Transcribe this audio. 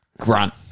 grunt